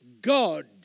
God